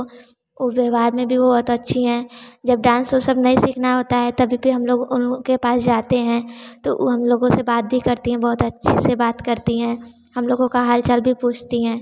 और व्यवहार में भी वह बहुत अच्छी हैं जब डांस और जब नहीं सीखना होता है तभी भी हम लोग उनके पास जाते हैं तो हम लोगों से बात भी करती है बहुत अच्छे से बात करती हैं हम लोगों का हाल चाल भी पूछती हैं